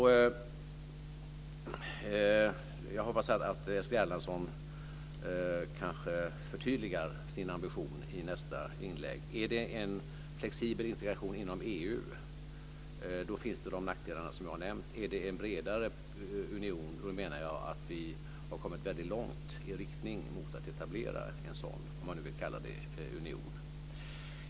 Jag hoppas att Eskil Erlandsson förtydligar sin ambition i nästa inlägg. Är det en flexibel integration inom EU som avses finns de nackdelar som jag har nämnt. Är det en bredare union som avses menar jag att vi har kommit väldigt långt i riktning mot att etablera en sådan, om man nu vill kalla det union.